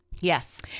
Yes